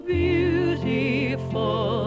beautiful